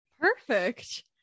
Perfect